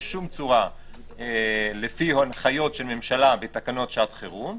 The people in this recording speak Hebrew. בשום צורה לפי הנחיות של ממשלה בתקנות שעת חירום,